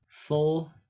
four